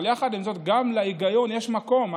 אבל יחד עם זאת גם להיגיון יש מקום.